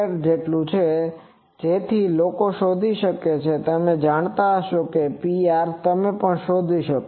જો તમે ક્ષેત્ર જાણતા હો તો તમે Pr શોધી શકો છો